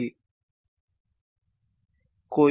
To answer that there are three criteria's